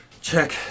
check